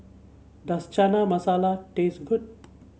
does Chana Masala taste good